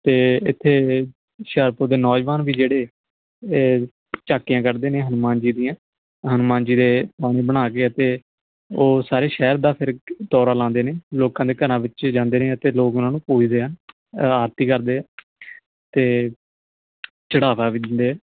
ਅਤੇ ਇੱਥੇ ਹੁਸ਼ਿਆਰਪੁਰ ਦੇ ਨੌਜਵਾਨ ਵੀ ਜਿਹੜੇ ਝਾਕੀਆਂ ਕੱਢਦੇ ਨੇ ਹਨੂੰਮਾਨ ਜੀ ਦੀਆਂ ਹਨੂੰਮਾਨ ਜੀ ਦੇ ਵਾਂਗ ਬਣਾ ਕੇ ਅਤੇ ਉਹ ਸਾਰੇ ਸ਼ਹਿਰ ਦਾ ਫਿਰ ਤੋਰਾ ਲਾਉਂਦੇ ਨੇ ਲੋਕਾਂ ਦੇ ਘਰਾਂ ਵਿੱਚ ਜਾਂਦੇ ਨੇ ਅਤੇ ਲੋਕ ਉਹਨਾਂ ਨੂੰ ਪੂਜਦੇ ਆ ਆਰਤੀ ਕਰਦੇ ਆ ਅਤੇ ਚੜ੍ਹਾਵਾ ਵੀ ਦਿੰਦੇ ਹੈ